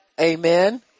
Amen